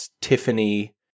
tiffany